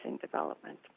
development